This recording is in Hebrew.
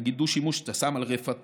נגיד דו-שימושיות כשאתה שם על רפתות,